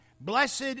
Blessed